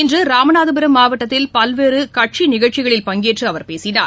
இன்று ராமநாதபுரம் மாவட்டத்தில் பல்வேறு கட்சி நிகழ்ச்சிகளில் பங்கேற்று அவர் பேசினார்